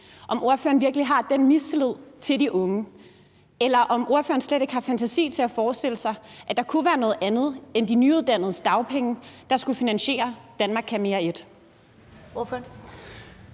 om ordføreren virkelig har den mistillid til de unge, og om ordføreren slet ikke har fantasi til at forestille sig, at det kunne være noget andet end de nyuddannedes dagpenge, der skulle finansiere »Danmark kan mere I«.